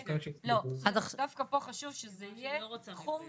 לא, דווקא פה חשוב שזה יהיה תחום נוסף.